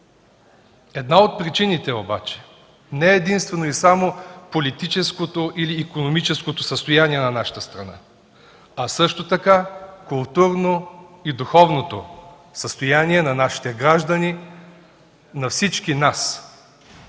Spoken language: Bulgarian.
Една от причините обаче не е само и единствено политическото или икономическото състояние на нашата страна, а също така културното и духовното състояние на нашите граждани, на всички нас.